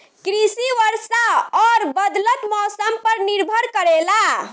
कृषि वर्षा और बदलत मौसम पर निर्भर करेला